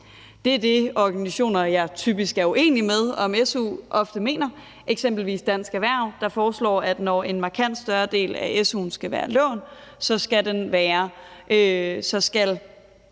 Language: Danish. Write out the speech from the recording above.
Det er det, som organisationer, som jeg typisk er uenig med om su, ofte mener, eksempelvis Dansk Erhverv, der foreslår, at når en markant større del af su'en skal være lån, skal renten